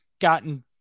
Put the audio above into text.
gotten